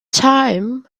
time